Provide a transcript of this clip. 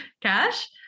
cash